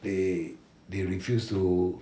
they they refuse to